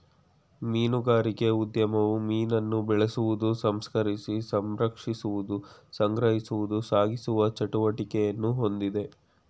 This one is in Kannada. ಮೀನುಗಾರಿಕೆ ಉದ್ಯಮವು ಮೀನನ್ನು ಬೆಳೆಸುವುದು ಸಂಸ್ಕರಿಸಿ ಸಂರಕ್ಷಿಸುವುದು ಸಂಗ್ರಹಿಸುವುದು ಸಾಗಿಸುವ ಚಟುವಟಿಕೆಯನ್ನು ಹೊಂದಿದೆ